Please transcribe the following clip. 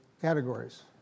categories